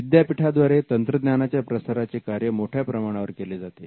विद्यापीठाद्वारे तंत्रज्ञानाच्या प्रसाराचे कार्य मोठ्या प्रमाणावर केले जाते